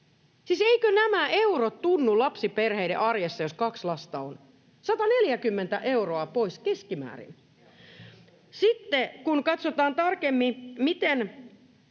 Siis eivätkö nämä eurot tunnu lapsiperheiden arjessa, jos kaksi lasta on? 140 euroa pois keskimäärin. Sitten, kun katsotaan tarkemmin, miten